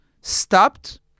stopped